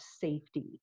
safety